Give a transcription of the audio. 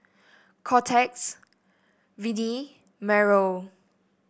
Cortez Vennie Meryl